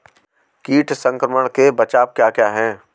कीट संक्रमण के बचाव क्या क्या हैं?